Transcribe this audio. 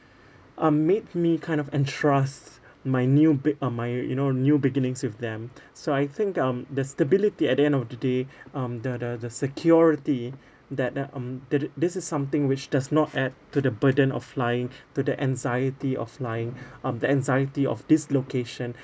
uh made me kind of entrust my new big admire you know new beginnings with them so I think um the stability at the end of the day um the the the security that that um that this is something which does not add to the burden of flying to the anxiety of flying um the anxiety of dislocation